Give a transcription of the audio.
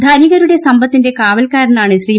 ധനികരുടെ സമ്പത്തിന്റെ കാവൽക്കാരനാണ് ശ്രീ